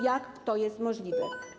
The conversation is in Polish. Jak to jest możliwe?